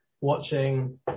watching